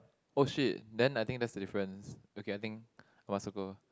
!oh shit! then I think that's a difference okay I think must circle